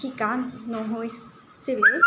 শিকা নহৈছিলেই